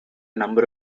number